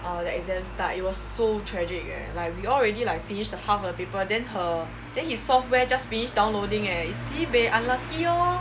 uh the exam start it was so tragic eh like we all already like finish the half a paper then her then his software just finish downloading eh it's sibeh unlucky lor